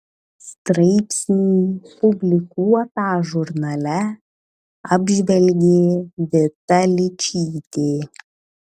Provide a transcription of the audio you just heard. straipsnį publikuotą žurnale apžvelgė vita ličytė